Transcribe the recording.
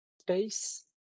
space